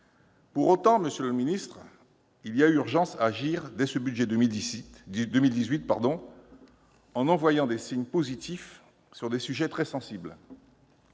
d'État, il y a urgence à agir dès ce budget pour 2018 en envoyant des signes positifs sur des sujets très sensibles.